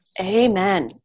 Amen